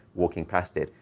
walking past it,